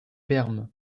perm